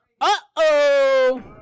Uh-oh